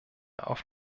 auf